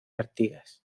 artigas